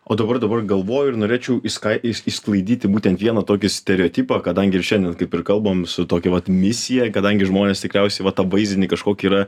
o dabar dabar galvoju ir norėčiau išskai iš išsklaidyti būtent vieną tokį stereotipą kadangi ir šiandien kaip ir kalbam su tokia vat misija kadangi žmonės tikriausiai va tą vaizdinį kažkokį yra